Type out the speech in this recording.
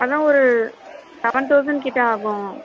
அதுதான் ஒரு seven thousand கிட்டே ஆகும்